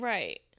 Right